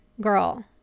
girl